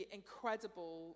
incredible